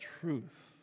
truth